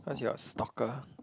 cause you're a stalker